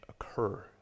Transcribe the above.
occur